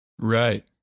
Right